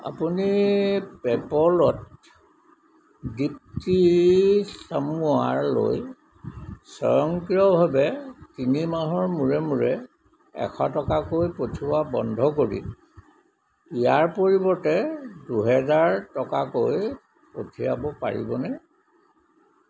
আপুনি পে'পলত দীপ্তী চামুৱালৈ স্বয়ংক্ৰিয়ভাৱে তিনি মাহৰ মূৰে মূৰে এশ টকাকৈ পঠিওৱা বন্ধ কৰি ইয়াৰ পৰিৱৰ্তে দুহেজাৰ টকাকৈ পঠিয়াব পাৰিবনে